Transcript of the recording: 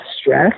stress